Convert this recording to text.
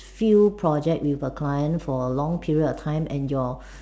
few project with a client for a long period of time and your